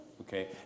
okay